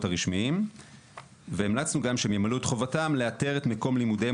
הרשמיים והמלצנו גם שהם ימלאו את חובתם לאתר את מקום לימודיהם